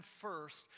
first